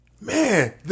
man